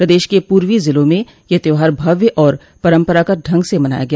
प्रदेश के पूर्वी जिलों में यह त्योहार भव्य और पम्परागत ढंग से मनाया गया